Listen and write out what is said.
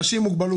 אנשים עם מוגבלות.